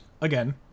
again